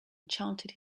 enchanted